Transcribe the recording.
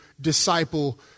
disciple